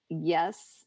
yes